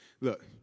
Look